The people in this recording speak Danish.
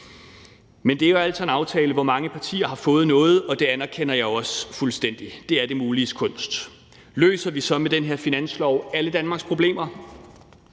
Men det er jo altså en aftale, hvor mange partier har fået noget, og det anerkender jeg også fuldstændig. Det er det muliges kunst. Løser vi så med den her finanslov alle Danmarks problemer?